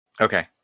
Okay